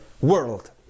world